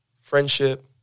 friendship